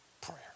prayer